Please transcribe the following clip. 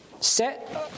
set